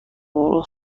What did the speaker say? مرغ